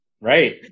Right